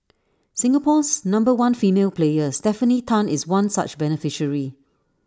Singapore's number one female player Stefanie Tan is one such beneficiary